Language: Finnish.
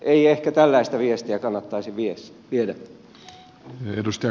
ei ehkä tällaista viestiä kannattaisi viedä